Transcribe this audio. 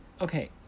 Okay